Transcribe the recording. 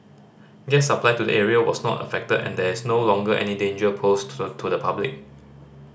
gas supply to the area was not affected and there is no longer any danger posed to the public